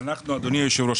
אדוני היושב-ראש,